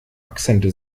akzente